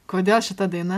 kodėl šita daina